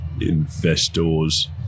investors